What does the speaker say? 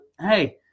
hey